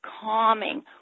calming